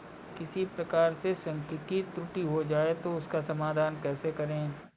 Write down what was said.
किसी प्रकार से सांख्यिकी त्रुटि हो जाए तो उसका समाधान कैसे करें?